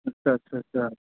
ਅੱਛਾ ਅੱਛਾ ਅੱਛਾ